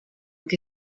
che